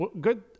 good